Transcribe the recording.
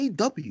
AW